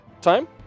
Time